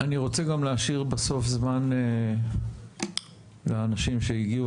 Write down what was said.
אני רוצה גם להשאיר בסוף זמן לאנשים שהגיעו